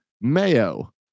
Mayo